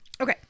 Okay